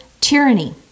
tyranny